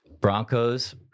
Broncos